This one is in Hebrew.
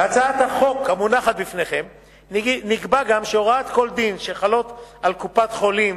בהצעת החוק המונחת לפניכם נקבע גם שהוראות כל דין שחלות על קופת-חולים